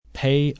pay